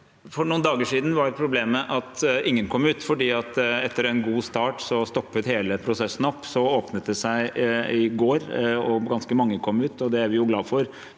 For noen dager siden var problemet at ingen kom ut, for etter en god start stoppet hele prosessen opp. Så åpnet det seg i går, og ganske mange kom ut. Det er vi jo glad for